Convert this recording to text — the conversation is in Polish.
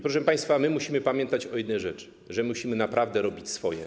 Proszę państwa, my musimy pamiętać o jednej rzeczy: musimy naprawdę robić swoje.